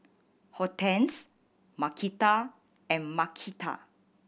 Hortense Markita and Marquita